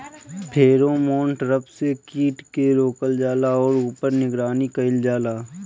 Pheromone trap से कीट के रोकल जाला और ऊपर निगरानी कइल जाला?